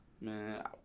Man